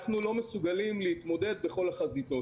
אנחנו לא מסוגלים להתמודד בכל החזיתות.